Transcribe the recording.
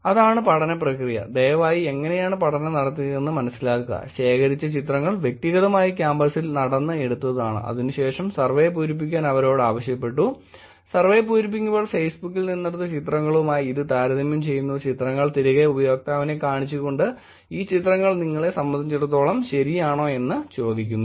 അതാണ് പഠന പ്രക്രിയ ദയവായി എങ്ങനെയാണ് പഠനം നടത്തിയതെന്ന് മനസ്സിലാക്കുക ശേഖരിച്ച ചിത്രങ്ങൾ വ്യക്തിഗതമായി ക്യാമ്പസ്സിൽ നടന്ന് എടുത്തതാണ് അതിനുശേഷം സർവേ പൂരിപ്പിക്കാൻ അവരോട് ആവശ്യപ്പെട്ടു സർവേ പൂരിപ്പിക്കുമ്പോൾ ഫേസ്ബുക്കിൽ നിന്നെടുത്ത ചിത്രങ്ങളുമായി ഇത് താരതമ്യം ചെയ്യുന്നു ചിത്രങ്ങൾ തിരികെ ഉപയോക്താവിനെ കാണിച്ചുകൊണ്ട് ഈ ചിത്രങ്ങൾ നിങ്ങളെ സംബന്ധിച്ചിടത്തോളം ശരിയാണോ എന്ന് ചോദിക്കുന്നു